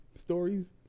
stories